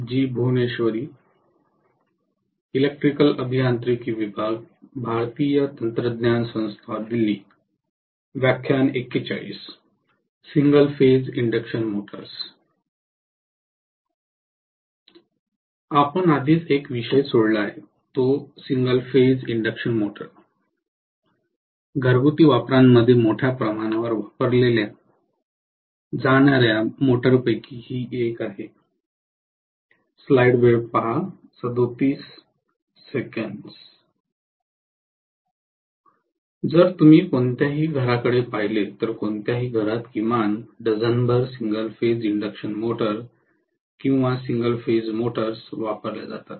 जर तुम्ही कोणत्याही घराकडे पाहिले तर कोणत्याही घरात किमान डझनभर सिंगल फेज इंडक्शन मोटर्स किंवा सिंगल फेज मोटर्स वापरल्या जातात